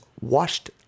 washed